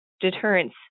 deterrence